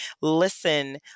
listen